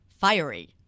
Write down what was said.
fiery